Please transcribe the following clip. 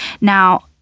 now